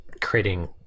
creating